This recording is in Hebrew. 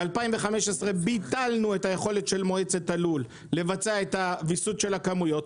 ב-2015 ביטלנו את היכולת של מועצת הלול לבצע את הוויסות של הכמויות,